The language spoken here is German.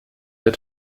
der